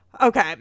Okay